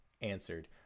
answered